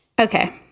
okay